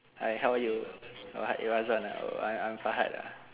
hi how are you farhad you hazwan uh I'm I'm farhad ah